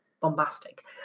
bombastic